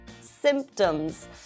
symptoms